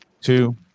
two